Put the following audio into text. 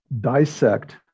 dissect